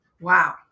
wow